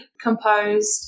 composed